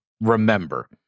remember